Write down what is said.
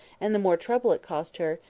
and the more trouble it cost her,